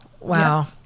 wow